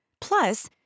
Plus